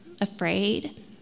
afraid